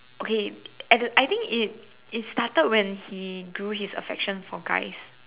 okay at the I think it it started when he grew his affection for guys